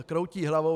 Kroutí hlavou.